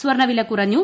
സ്വർണവില കുറഞ്ഞു